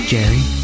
Jerry